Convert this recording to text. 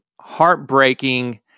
heartbreaking